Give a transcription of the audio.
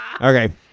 Okay